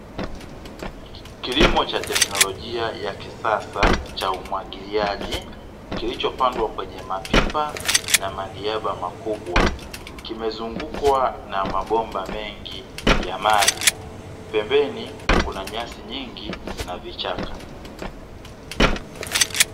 Kilimo cha teknolojia ya kisasa cha umwagiliaji, kilichopangwa kwenye mapipa na madiaba makubwa. Kimezungukwa na mabomba mengi ya maji, pembeni kuna nyasi nyingi na vichaka.